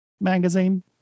magazine